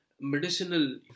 medicinal